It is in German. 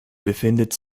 befindet